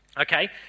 Okay